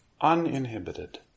Uninhibited